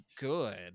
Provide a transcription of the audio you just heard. good